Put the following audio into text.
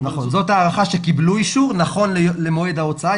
זאת ההערכה שיקבלו אישור מכון למועד ההוצאה.